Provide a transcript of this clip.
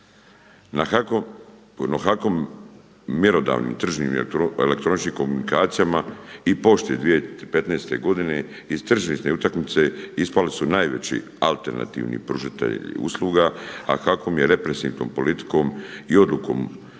Na HAKOM, mjerodavnim i tržnim i elektroničkim komunikacijama i pošti 2015. iz tržišne utakmice ispali su najveći alternativni pružitelji usluga a HAKOM je …/Govornik se ne razumije./…politikom